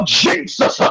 jesus